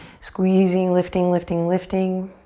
squeezing, lifting, lifting, lifting.